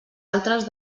altres